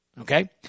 Okay